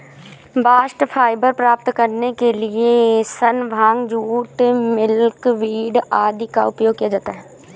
bast fibre प्राप्त करने के लिए सन, भांग, जूट, मिल्कवीड आदि का उपयोग किया जाता है